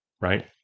right